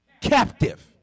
captive